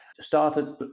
started